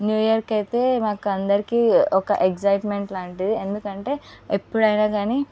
new ఇయర్కైతే మాకందరికి ఒక ఎగ్జాయిట్మెంట్ లాంటిది ఎందుకంటే ఎప్పుడైనా కానీ